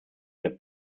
der